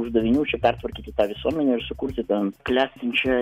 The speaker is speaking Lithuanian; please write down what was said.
uždavinių čia pertvarkyti tą visuomenę ir sukurti ten klestinčią